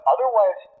Otherwise